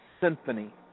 symphony